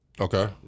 Okay